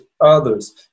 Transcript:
others